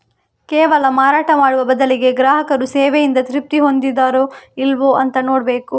ಕೇವಲ ಮಾರಾಟ ಮಾಡುವ ಬದಲಿಗೆ ಗ್ರಾಹಕರು ಸೇವೆಯಿಂದ ತೃಪ್ತಿ ಹೊಂದಿದಾರೋ ಇಲ್ವೋ ಅಂತ ನೋಡ್ಬೇಕು